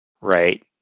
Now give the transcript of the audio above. Right